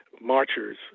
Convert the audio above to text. marchers